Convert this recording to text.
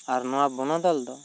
ᱟᱨ ᱱᱚᱣᱟ ᱵᱚᱱᱚᱫᱚᱞ ᱫᱚ